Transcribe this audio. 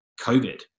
COVID